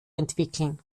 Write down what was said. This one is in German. entwickeln